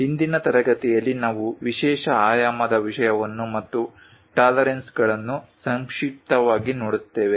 ಇಂದಿನ ತರಗತಿಯಲ್ಲಿ ನಾವು ವಿಶೇಷ ಆಯಾಮದ ವಿಷಯವನ್ನು ಮತ್ತು ಟಾಲರೆನ್ಸ್ಗಳನ್ನು ಸಂಕ್ಷಿಪ್ತವಾಗಿ ನೋಡುತ್ತೇವೆ